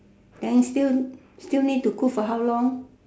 then still still need to cook for how long